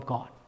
God